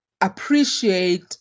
appreciate